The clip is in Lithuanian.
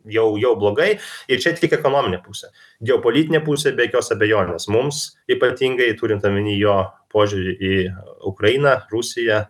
jau jau blogai ir čia tik ekonominė pusė geopolitinė pusė be jokios abejonės mums ypatingai turint omenyje jo požiūrį į ukrainą rusiją